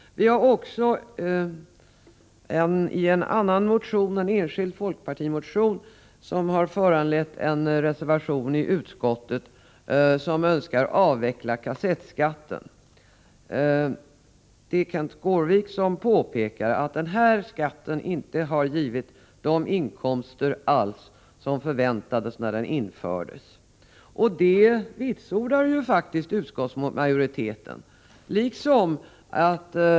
Vi har också i en annan motion, en enskild folkpartimotion, som har föranlett en reservation i utskottet, önskat avveckla kassettskatten. Det är Kenth Skårvik som påpekar att denna skatt inte alls har givit de inkomster som förväntades när den infördes. Det vitsordar faktiskt utskottsmajoriteten.